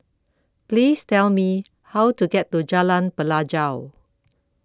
please tell me how to get to Jalan Pelajau